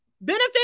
Benefit